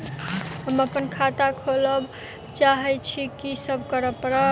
हम अप्पन खाता खोलब चाहै छी की सब करऽ पड़त?